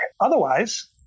Otherwise